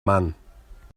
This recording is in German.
mann